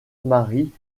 marie